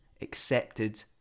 accepted